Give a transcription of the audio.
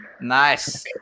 nice